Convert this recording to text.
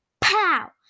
Pow